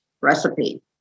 recipe